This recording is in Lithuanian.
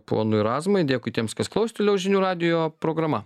ponui razmai dėkui tiems kas klausė toliau žinių radijo programa